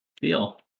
feel